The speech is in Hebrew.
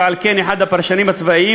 ועל כן אחד הפרשנים הצבאיים,